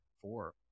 four